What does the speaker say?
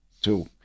two